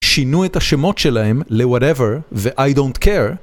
שינו את השמות שלהם ל-whatever ו-I don't care